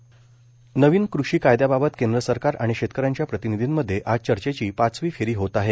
क्षी कायदे नवीन कृषी कायद्याबाबत केंद्र सरकार आणि शेतकऱ्यांच्या प्रतिनिधींमध्ये आज चर्चेची पाचवी फेरी होत आहे